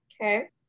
Okay